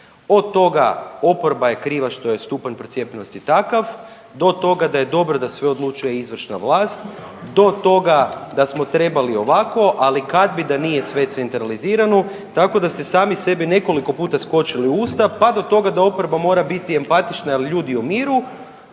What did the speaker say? Od toga, oporba je kriva što je stupanj procijepljenosti takav, do toga da je dobro da sve odlučuje izvršna vlast, do toga da smo trebali ovako, ali kad bi da nije sve centralizirano, tako da ste sami sebi nekoliko puta skočili u usta pa da toga da oporba mora biti empatična jer ljudi umiru